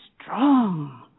strong